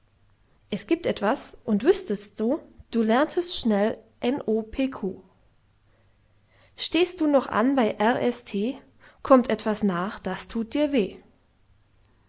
es gibt etwas und wüßtest's du du lerntest schnell n o p q stehst du noch an bei r s t kommt etwas nach das tut dir weh